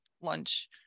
lunch